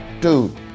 Dude